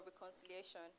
reconciliation